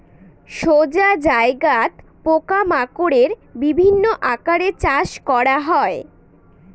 সোজা জায়গাত পোকা মাকড়ের বিভিন্ন আকারে চাষ করা হয়